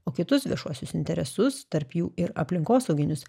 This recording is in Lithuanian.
o kitus viešuosius interesus tarp jų ir aplinkosauginius